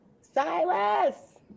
Silas